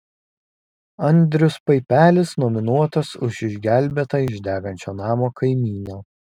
andrius paipelis nominuotas už išgelbėtą iš degančio namo kaimyną